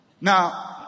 now